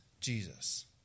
Jesus